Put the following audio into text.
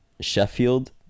Sheffield